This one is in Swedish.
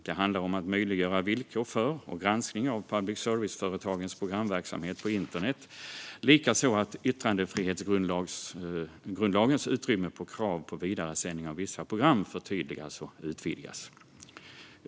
Det handlar om att möjliggöra villkor för och granskning av public service-företagens programverksamhet på internet. Det handlar även om att yttrandefrihetsgrundlagens utrymme för krav på vidaresändning av vissa program förtydligas och utvidgas.